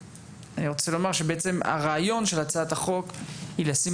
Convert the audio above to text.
רציתי לומר שבעצם הרעיון של הצעת החוק הוא לשים